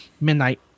midnight